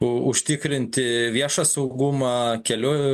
u užtikrinti viešą saugumą kelių